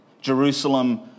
Jerusalem